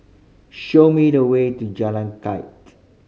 show me the way to Jalan